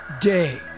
day